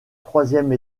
troisième